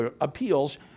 appeals